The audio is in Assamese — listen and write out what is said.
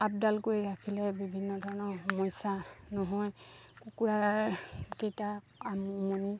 আপডাল কৰি ৰাখিলে বিভিন্ন ধৰণৰ সমস্যা নহয় কুকুৰাকেইটা উমনি